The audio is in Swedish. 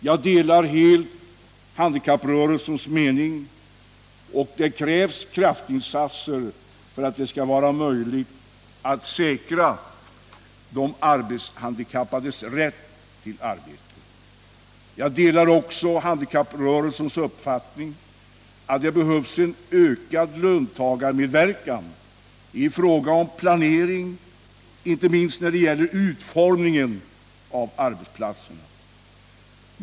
Jag delar helt handikapprörelsens mening att det krävs kraftinsatser för att det skall vara möjligt att säkra de arbetshandikappades rätt till arbete. Jag delar också handikapprörelsens uppfattning att det behövs en ökad löntagarmedverkan i fråga om planering, inte minst när det gäller utformningen av arbetsplatserna.